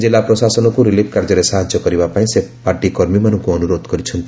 କିଲ୍ଲା ପ୍ରଶାସନକୁ ରିଲିଫ୍ କାର୍ଯ୍ୟରେ ସାହାଯ୍ୟ କରିବା ପାଇଁ ସେ ପାର୍ଟି କର୍ମୀମାନଙ୍କୁ ଅନୁରୋଧ କରିଛନ୍ତି